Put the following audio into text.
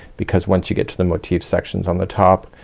because once you get to the motif sections on the top